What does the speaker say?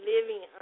living